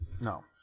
no